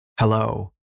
Hello